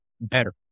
better